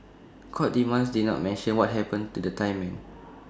court documents did not mention what happened to the Thai men